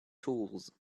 tools